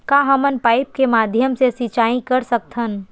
का हमन पाइप के माध्यम से सिंचाई कर सकथन?